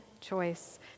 choice